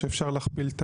שאפשר להכפיל את